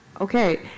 Okay